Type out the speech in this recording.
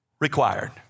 required